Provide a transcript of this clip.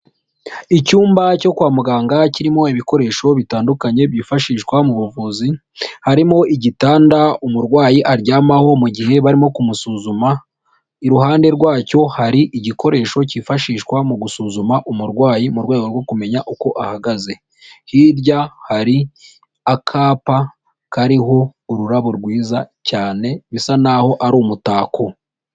Icyumba cyo kwa muganga kirimo ibikoresho bitandukanye byifashishwa mu buvuzi, harimo igitanda umurwayi aryamaho mu gihe barimo kumusuzuma, iruhande rwacyo hari igikoresho cyifashishwa mu gusuzuma umurwayi mu rwego rwo kumenya uko ahagaze. Hirya hari akapa kariho ururabo rwiza cyane bisa naho ari umutako.